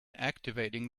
activating